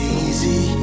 easy